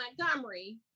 Montgomery